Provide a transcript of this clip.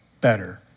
better